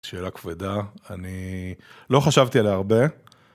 שאלה כבדה, אני לא חשבתי עליה הרבה.